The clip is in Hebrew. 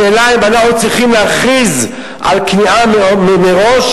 השאלה היא אם אנחנו צריכים להכריז על כניעה מראש,